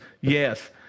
yes